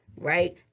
right